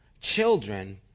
children